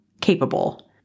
capable